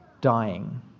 dying